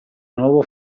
nuovo